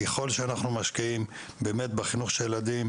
כי ככל שאנחנו משקיעים בחינוך של הילדים,